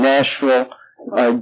Nashville